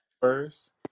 First